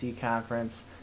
conference